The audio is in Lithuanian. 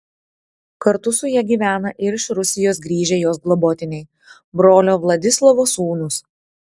kartu su ja gyvena ir iš rusijos grįžę jos globotiniai brolio vladislovo sūnūs